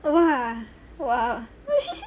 !wah! !wah!